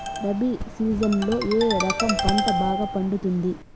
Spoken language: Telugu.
రబి సీజన్లలో ఏ రకం పంట బాగా పండుతుంది